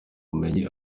ubumenyi